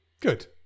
good